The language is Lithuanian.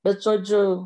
bet žodžiu